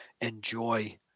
enjoy